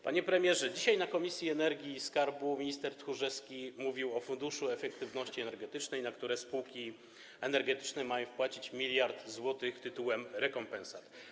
Panie premierze, dzisiaj na posiedzeniu Komisji do Spraw Energii i Skarbu Państwa minister Tchórzewski mówił o funduszu efektywności energetycznej, na które spółki energetyczne mają wpłacić miliard złotych tytułem rekompensat.